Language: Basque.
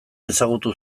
ezagutu